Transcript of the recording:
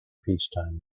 peacetime